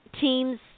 teams